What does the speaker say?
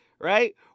Right